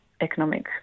economic